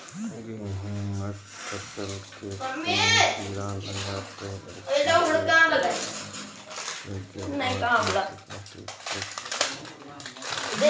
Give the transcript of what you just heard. गेहूँमक फसल मे कून कीड़ा लागतै ऐछि जे पौधा निकलै केबाद जैर सऽ काटि कऽ सूखे दैति छै?